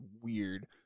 weird